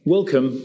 Welcome